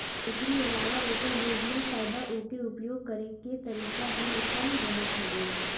एकरी अलावा ओकर संयोजन, फायदा उके उपयोग करे के तरीका भी लिखल रहत हवे